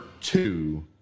two